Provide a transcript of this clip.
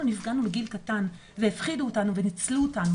נפגענו בגיל קטן והפחידו אותנו וניצלו אותנו.